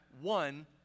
one